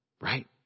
right